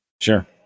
Sure